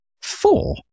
four